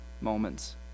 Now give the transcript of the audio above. moments